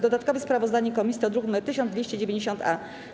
Dodatkowe sprawozdanie komisji to druk nr 1290-A.